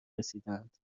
رسیدند